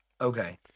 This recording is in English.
Okay